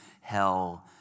hell